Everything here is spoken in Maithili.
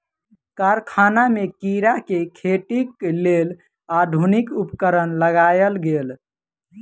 कारखाना में कीड़ा के खेतीक लेल आधुनिक उपकरण लगायल गेल